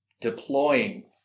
deploying